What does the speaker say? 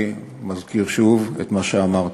אני מזכיר שוב את מה שאמרתי: